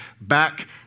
back